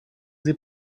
sie